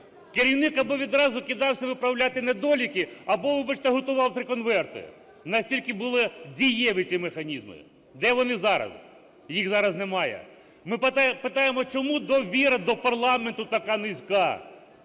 керівник або відразу кидався виправляти недоліки, або, вибачте, готував три конверти, настільки були дієві ті механізми. Де вони зараз? Їх зараз немає. Ми питаємо, чому довіра до парламенту така низька.